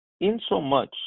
insomuch